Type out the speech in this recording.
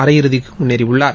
அரையிறுதிக்கு முன்னேறியுள்ளார்